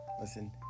Listen